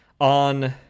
on